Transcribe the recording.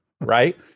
Right